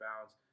bounds